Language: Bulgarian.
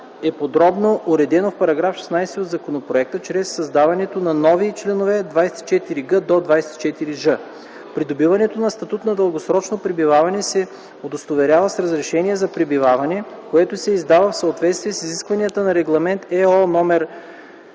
е подробно уредено в § 16 от законопроекта, чрез създаването на нови членове 24г – 24ж. Придобиването на статут на дългосрочно пребиваване се удостоверява с разрешение за пребиваване, което се издава в съответствие с изискванията на Регламент /EО/